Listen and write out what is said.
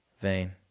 vain